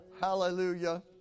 Hallelujah